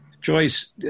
Joyce